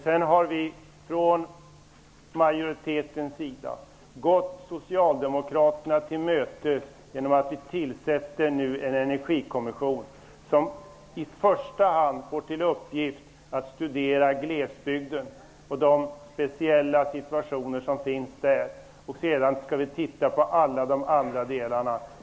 Vi har från majoritetens sida gått Socialdemokraterna till mötes genom att tillsätta en energikommission som i första hand får till uppgift att studera glesbygden och de speciella situationer som finns där. Sedan skall vi titta på alla de andra delarna.